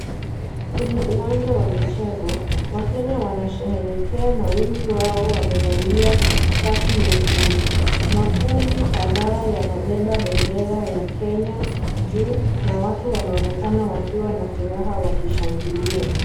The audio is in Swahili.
Kwenye uwanja wa michezo, wakenya wanasherehekea na wengi wao wamevalia shati nyekundu. Makundi kadhaa yanabemba bendera ya Kenya juu na watu wanaonekana wakiwa na furaha wakishangilia.